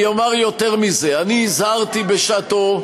אני אומר יותר מזה, אני הזהרתי בשעתו,